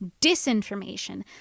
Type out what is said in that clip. disinformation